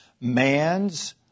man's